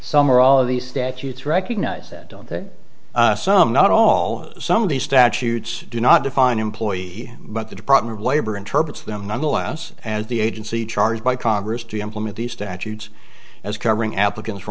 or all of these statutes recognize that some not all some of these statutes do not define employee but the department of labor interprets them nonetheless as the agency charged by congress to implement these statutes as covering applicants for